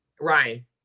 Ryan